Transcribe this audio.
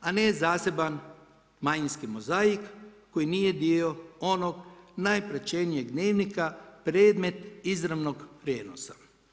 A ne zaseban manjinski mozajk koji nije dio onog najpraćenijeg dnevnika predmet izravnog prijenosa.